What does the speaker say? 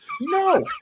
No